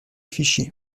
fichiers